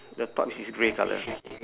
the top is his grey colour